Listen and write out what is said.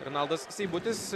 renaldas seibutis